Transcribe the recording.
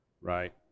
right